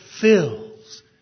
fills